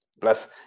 plus